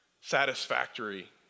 satisfactory